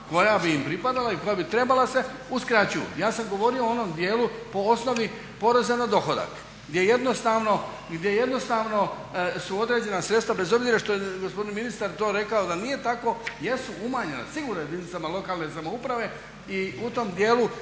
koja bi im pripadala i koja bi trebala se uskraćuju. Ja sam govorio o onom dijelu po osnovi poreza na dohodak gdje jednostavno su određena sredstva bez obzira što je gospodin ministar to rekao da nije tako jesu umanjena sigurno jedinicama lokalne samouprave. I treba